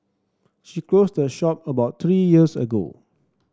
she closed her shop about three years ago